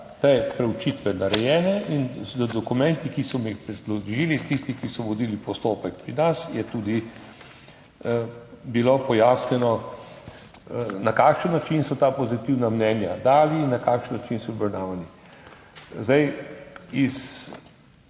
te preučitve narejene, in z dokumenti, ki so mi jih predložili tisti, ki so vodili postopek pri nas, je tudi bilo pojasnjeno, na kakšen način so ta pozitivna mnenja dali in na kakšen način so obravnavani. S